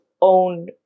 own